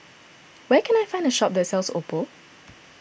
where can I find a shop that sells Oppo